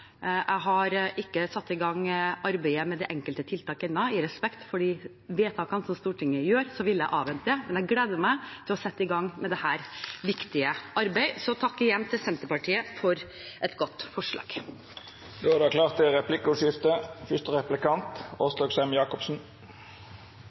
Jeg har ikke satt i gang arbeidet med de enkelte tiltakene ennå. I respekt for de vedtakene som Stortinget fatter, vil jeg avvente, men jeg gleder meg til å sette i gang med dette viktige arbeidet. – Så takk igjen til Senterpartiet for et godt